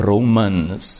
Romans